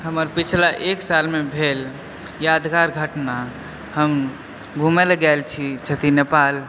हमरा पिछला एक सालमे भेल यादगार घटना हम घुमय लए गेल रही नेपाल